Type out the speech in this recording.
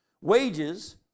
Wages